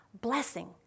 blessing